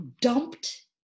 dumped